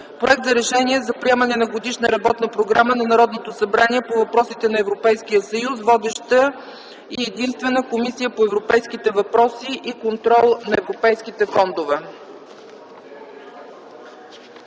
Проект за решение за приемане на Годишна работна програма на Народното събрание по въпросите на Европейския съюз. Водеща и единствена – Комисия по европейските въпроси и контрол на европейските фондове.